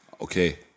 Okay